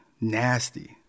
nasty